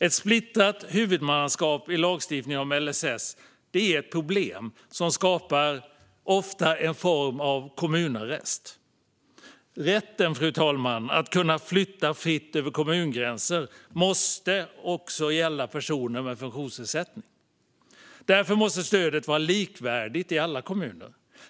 Ett splittrat huvudmannaskap i lagstiftningen om LSS är ett problem som ofta skapar en form av kommunarrest. Rätten, fru talman, att kunna fritt flytta över kommungränser måste också gälla personer med funktionsnedsättning. Därför måste stödet vara likvärdigt i alla kommuner.